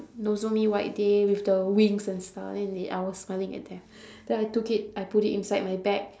nozomi-white-day with the wings and stuff then they I was smiling at them then I took it I put it inside my bag